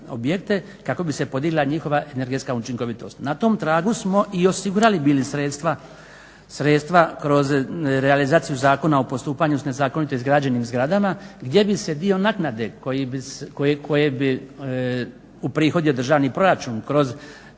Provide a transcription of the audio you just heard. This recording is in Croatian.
objekte kako bi se podigla njihova energetska učinkovitost. Na tom tragu smo i osigurali bili sredstva kroz realizaciju Zakona o postupanju s nezakonito izgrađenim zgradama gdje bi se dio naknade koji bi uprihodio državni proračun kroz